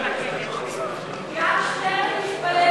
גם שטרן מתפלל,